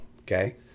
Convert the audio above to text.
okay